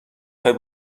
خوای